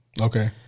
Okay